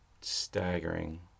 staggering